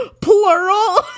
plural